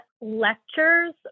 lectures